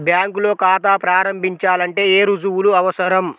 బ్యాంకులో ఖాతా ప్రారంభించాలంటే ఏ రుజువులు అవసరం?